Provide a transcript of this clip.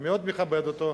ואני מאוד מכבד אותו,